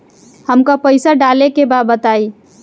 हमका पइसा डाले के बा बताई